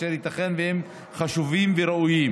אשר ייתכן שהם חשובים וראויים,